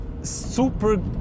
super